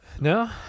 No